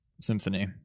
Symphony